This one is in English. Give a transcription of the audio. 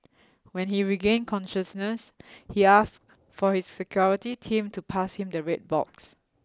when he regained consciousness he asked for his security team to pass him the red box